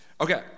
Okay